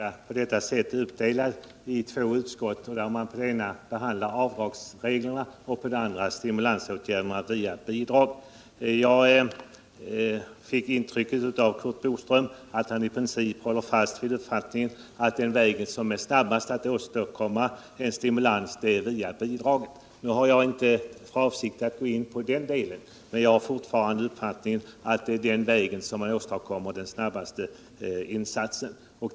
Herr talman! Det är ganska komplicerat när en fråga på detta sätt är uppdelad på två utskott och där man i det ena behandlar avdragsreglerna och i det andra stimulansåtgärderna via bidrag. Jag fick intrycket att Curt Boström i princip håller fast vid uppfattningen att den väg som snabbast åstadkommer stimulans går via bidrag. Jag har inte för avsikt att gå in på den delen, men jag har fortfarande den uppfattningen att det är just den vägen man åstadkommer de snabbaste resultaten.